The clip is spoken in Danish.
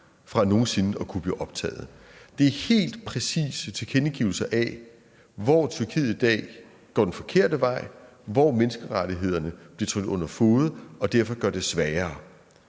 fra nogen sinde at kunne blive optaget. Det er helt præcise tilkendegivelser af, hvor Tyrkiet i dag går den forkerte vej, hvor menneskerettighederne bliver trådt under fode og derfor gør det sværere.